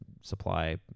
Supply